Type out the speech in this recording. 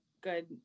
good